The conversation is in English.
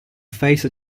face